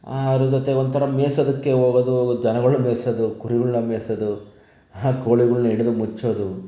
ಅದರ ಜೊತೆ ಒಂಥರ ಮೇಯಿಸೋದಕ್ಕೆ ಹೋಗೋದು ದನಗಳ ಮೇಯಿಸೋದು ಕುರಿಗಳನ್ನ ಮೇಯಿಸೋದು ಹಾ ಕೋಳಿಗಳನ್ನ ಹಿಡಿದು ಮುಚ್ಚೋದು